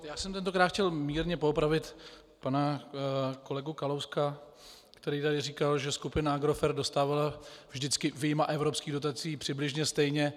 Já jsem tentokrát chtěl mírně poopravit pana kolegu Kalouska, který tady říkal, že skupina Agrofert dostávala vždycky vyjma evropských dotací přibližně stejně.